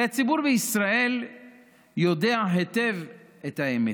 הרי הציבור בישראל יודע היטב את האמת,